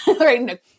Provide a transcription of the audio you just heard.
right